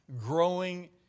Growing